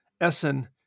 Essen